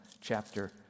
chapter